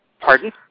Pardon